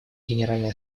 генеральной